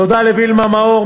תודה לווילמה מאור,